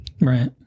Right